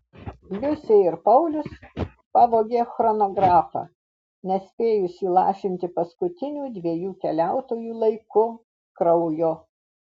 liusė ir paulius pavogė chronografą nespėjus įlašinti paskutinių dviejų keliautojų laiku kraujo